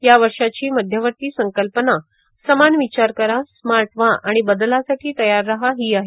या वर्षाची मध्यवर्ती संकल्पना समान विचार करा स्मार्ट व्हा आणि बदलासाठी तयार रहा ही आहे